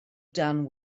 done